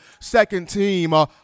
second-team